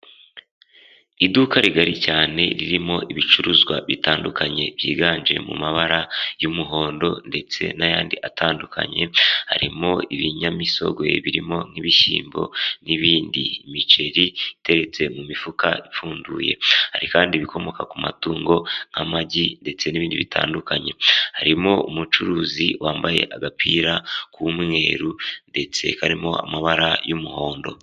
Iduka rigari cyane ririmo ibicuruzwa bitandukanye byiganje mu mabara y'umuhondo, ndetse n'ayandi atandukanye, harimo ibinyamisogwe birimo nk'ibishyimbo, n'ibindi miceri iteretse mu mifuka ipfunduye, hari kandi ibikomoka ku matungo nk'amagi ndetse n'ibindi bitandukanye, harimo umucuruzi wambaye agapira k'umweru ndetse karimo amabara y'umuhondo.